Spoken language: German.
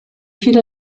viele